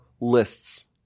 lists